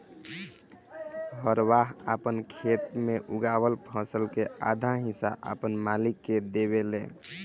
हरवाह आपन खेत मे उगावल फसल के आधा हिस्सा आपन मालिक के देवेले